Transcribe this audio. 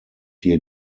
hier